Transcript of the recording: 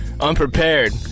Unprepared